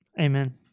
Amen